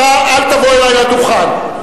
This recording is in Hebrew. אל תבוא אלי לדוכן.